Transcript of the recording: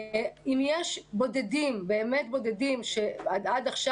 אם בכל זאת יש בודדים באמת בודדים שעד עכשיו